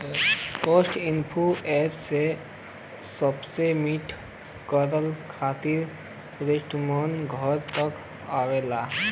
post info app से submit करे खातिर पोस्टमैन घर तक आवला